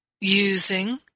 using